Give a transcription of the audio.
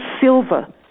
silver